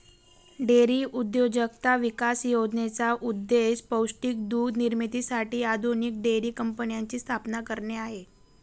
dairy उद्योजकता विकास योजनेचा उद्देश पौष्टिक दूध निर्मितीसाठी आधुनिक डेअरी कंपन्यांची स्थापना करणे आहे